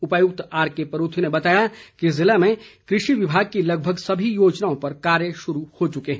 उपायुक्त आरके परूथी ने बताया कि ज़िले में कृषि विभाग की लगभग सभी योजनाओं पर कार्य शुरू हो चुके हैं